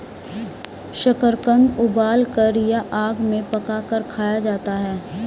शकरकंद उबालकर या आग में पकाकर खाया जाता है